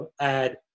add